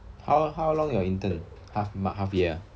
how how long your intern half year ah